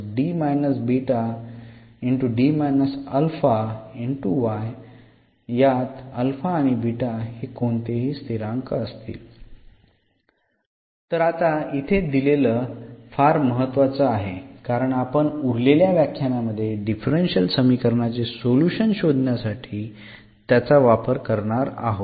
being any constantहे कोणतेही स्थिरांक आहेत तर आत्ता इथे दिलेलं फार महत्वाचे आहे कारण आपण उरलेल्या व्याख्याना मध्ये डिफरन्शियल समीकरणाचे सोल्युशन्स शोधण्यासाठी त्याचा वापर करणार आहोत